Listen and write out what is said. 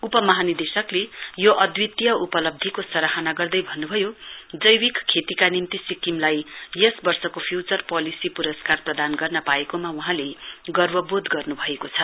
उपमहानिदेशकले यो अद्धितीय उपलब्धीको सराहना गर्दै भन्नुभयो जैविक खेतीका निम्ति सिक्किमलाई यस वर्षको फ्यूचर पोलिसी पुरस्कार प्रदान गर्न पाएकोमा वहाँले गर्ववोध गर्न्भएको छ